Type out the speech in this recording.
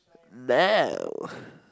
no